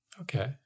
Okay